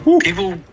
people